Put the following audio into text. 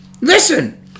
listen